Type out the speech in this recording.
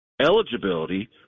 eligibility